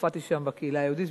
כשהופעתי שם בקהילה היהודית.